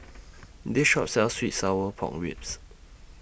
This Shop sells Sweet and Sour Pork Ribs